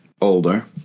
Older